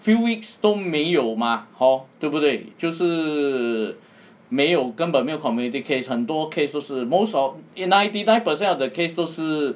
few weeks 都没有 mah hor 对不对就是没有根本没有 community 很多 case 就是 most of ninety nine percent of the case 都是